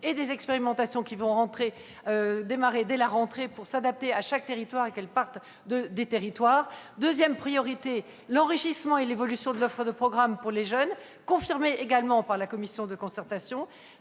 et des expérimentations qui démarreront dès la rentrée pour s'adapter à chaque territoire et partir de ces territoires. La deuxième priorité, c'est l'enrichissement et l'évolution de l'offre de programmes pour les jeunes, ce qui est confirmé par la commission de concertation.